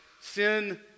sin